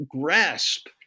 grasp